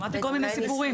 שמעתי כל מיני סיפורים.